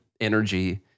energy